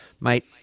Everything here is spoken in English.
mate